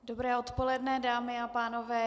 Dobré odpoledne, dámy a pánové.